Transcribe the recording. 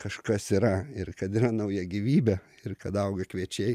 kažkas yra ir kad yra nauja gyvybė ir kad auga kviečiai